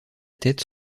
tête